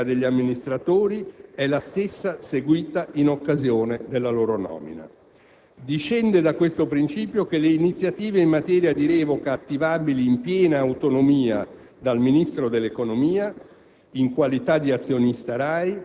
la modalità di revoca degli amministratori è la stessa seguita in occasione della loro nomina. Discende da questo principio che le iniziative in materia di revoca attivabili in piena autonomia dal Ministro dell'economia,